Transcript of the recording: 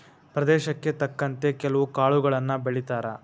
ಪ್ರದೇಶಕ್ಕೆ ತಕ್ಕಂತೆ ಕೆಲ್ವು ಕಾಳುಗಳನ್ನಾ ಬೆಳಿತಾರ